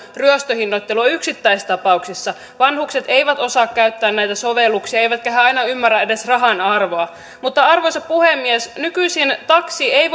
ryöstöhinnoittelua yksittäistapauksissa vanhukset eivät osaa käyttää näitä sovelluksia eivätkä he aina ymmärrä edes rahan arvoa mutta arvoisa puhemies nykyisin taksi ei